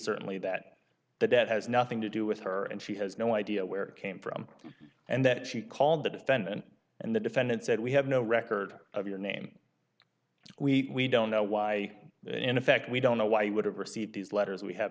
certainly that the debt has nothing to do with her and she has no idea where it came from and that she called the defendant and the defendant said we have no record of your name we don't know why in effect we don't know why you would have received these letters we have